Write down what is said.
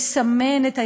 לסמן את הארגונים.